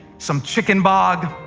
some chicken bog.